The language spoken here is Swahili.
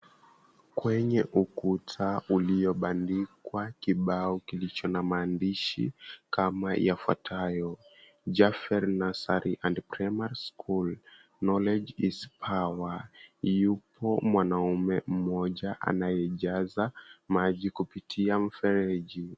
Kwenye ukuta uliobandikwa kibao kilicho na maandishi kama yafuatayo, Jefer Nursery Primary School Knowledge is power yupo mwanaume mmoja anayeijaza maji kupitia mfereji.